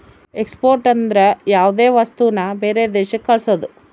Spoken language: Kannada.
ಎಕ್ಸ್ಪೋರ್ಟ್ ಅಂದ್ರ ಯಾವ್ದೇ ವಸ್ತುನ ಬೇರೆ ದೇಶಕ್ ಕಳ್ಸೋದು